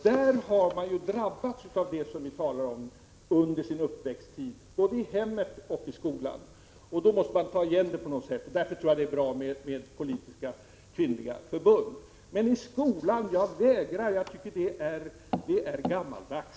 De har drabbats av detta under sin uppväxttid i både hemmet och skolan och måste ta igen det. Därför är det bra med politiska kvinnoförbund. Men i skolan? Jag vägrar — jag tycker det är gammaldags!